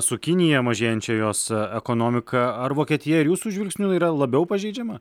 su kinija mažėjančia jos ekonomika ar vokietija ir jūsų žvilgsniu yra labiau pažeidžiama